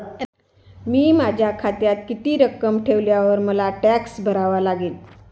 मी माझ्या खात्यात किती रक्कम ठेवल्यावर मला टॅक्स भरावा लागेल?